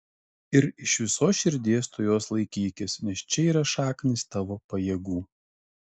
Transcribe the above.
ir iš visos širdies tu jos laikykis nes čia yra šaknys tavo pajėgų